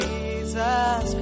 Jesus